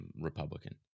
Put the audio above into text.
Republican